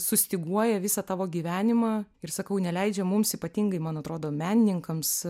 sustyguoja visą tavo gyvenimą ir sakau neleidžia mums ypatingai man atrodo menininkams